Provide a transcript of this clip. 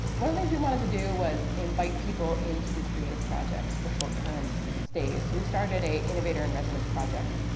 one of the things we wanted to do was invite people in to do creative projects for short-term stays. so we started a innovator in residence project.